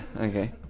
okay